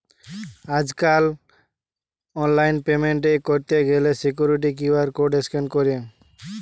আজকাল online payment এ pay কইরতে গ্যালে সিকুইরিটি কিউ.আর কোড স্ক্যান কইরে